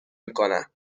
میکنن